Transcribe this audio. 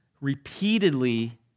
repeatedly